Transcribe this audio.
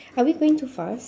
are we going too fast